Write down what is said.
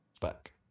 back